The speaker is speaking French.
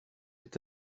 est